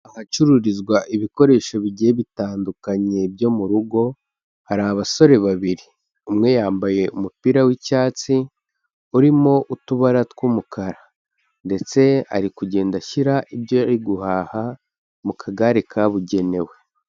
Ahacururizwa ibikoresho bigiye bitandukanye byo mu rugo, hari abasore babiri umwe yambaye umupira w'icyatsi urimo utubara tw'umukara ndetse ari kugenda ashyira ibyo ari guhaha mu kagare kabugenewe.